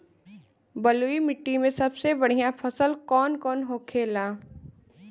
बलुई मिट्टी में सबसे बढ़ियां फसल कौन कौन होखेला?